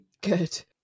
good